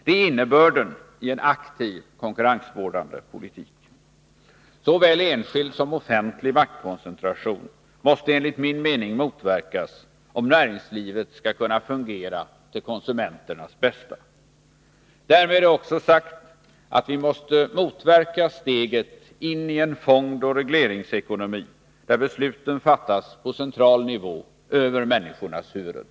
Det är innebörden i en aktiv konkurrensvårdande politik. Såväl enskild som offentlig maktkoncentration måste enligt min mening motverkas, om näringslivet skall kunna fungera till konsumenternas bästa. Därmed är också sagt att vi måste motverka steget in i en fondoch regleringsekonomi där besluten fattas på central nivå, över människornas huvuden.